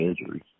injuries